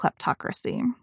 kleptocracy